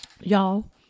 Y'all